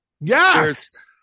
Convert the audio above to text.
yes